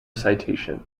citation